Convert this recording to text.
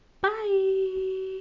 bye